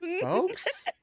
folks